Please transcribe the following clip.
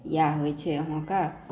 इएह होइ छै अहाँकेॅं